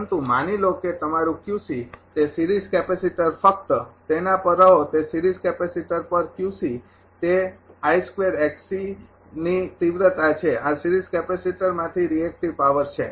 પરંતુ માની લો કે તમારુ તે સિરીઝ કેપેસિટર ફક્ત તેના પર રહો તે સિરીઝ કેપેસિટર પર તે ની તીવ્રતા છે આ સિરીઝ કેપેસિટરમાથી રિએક્ટિવ પાવર છે